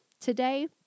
today